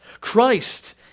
Christ